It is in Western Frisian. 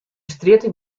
strjitte